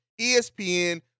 ESPN